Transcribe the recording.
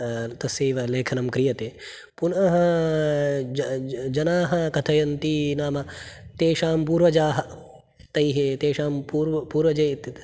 तस्यैव लेखनं क्रियते पुनः ज ज जनाः कथयन्ति नाम तेषां पूर्वजा तैः तेषां पूर्व पूर्वजै